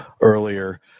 earlier